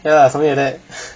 ya something like that